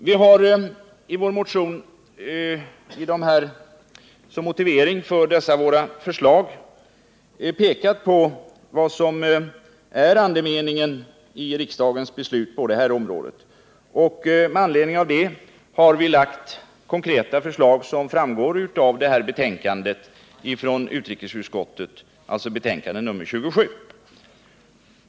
Vi har i vår motion som motivering för förslagen pekat på vad som är andemeningen i riksdagens beslut på området, och med anledning av det har vi lagt fram konkreta förslag som framgår av betänkandet nr 27 från utrikesutskottet.